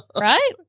Right